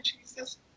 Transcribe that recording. Jesus